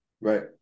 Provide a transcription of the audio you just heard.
Right